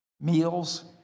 meals